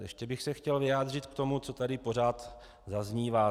Ještě bych se chtěl vyjádřit k tomu, co tady pořád zaznívá.